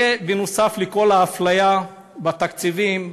וזה נוסף על כל האפליה בתקציבים,